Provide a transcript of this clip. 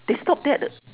they stopped that